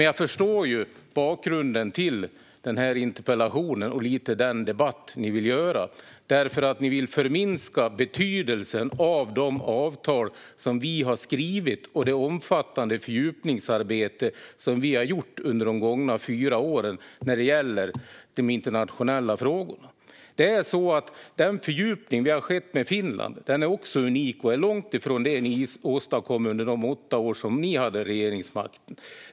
Jag förstår dock bakgrunden till den här interpellationen och den debatt ni vill skapa, Allan Widman och Hans Wallmark. Ni vill förminska betydelsen av de avtal som vi har skrivit och det omfattande fördjupningsarbete vi har gjort under de gångna fyra åren när det gäller de internationella frågorna. Den fördjupning med Finland som har skett är också unik och långt ifrån det ni åstadkom under de åtta år ni hade regeringsmakten.